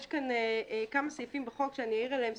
יש כאן כמה סעיפים בחוק שאני אעיר עליהם ספציפית,